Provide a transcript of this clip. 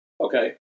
okay